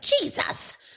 Jesus